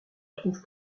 trouve